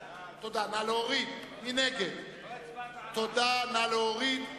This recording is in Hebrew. נגד, 56, אין נמנעים.